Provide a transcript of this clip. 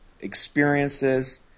experiences